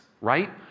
right